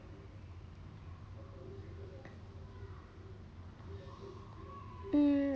mm